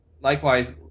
likewise